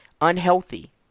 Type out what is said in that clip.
unhealthy